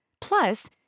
Plus